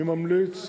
אני ממליץ,